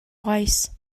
wise